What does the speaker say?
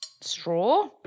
straw